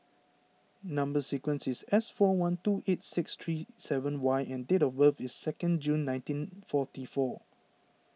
Number Sequence is S four one two eight six three seven Y and date of birth is second June nineteen forty four